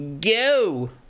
go